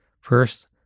First